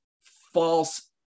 false